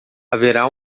haverá